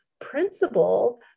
principle